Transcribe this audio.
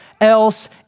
else